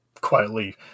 quietly